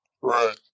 Right